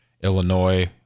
Illinois